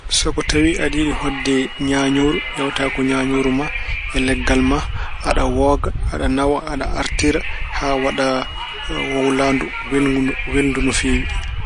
So ko tawi aɗa yiɗi hoɗde ñaañooru, ƴeewata ko ñaañooru ma e leggal ma, aɗa wooga, aɗa nawa, aɗa artira haa waɗa wowlaandu welngu- welndu no feewi.